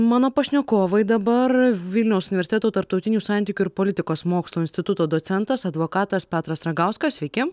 mano pašnekovai dabar vilniaus universiteto tarptautinių santykių ir politikos mokslų instituto docentas advokatas petras ragauskas sveiki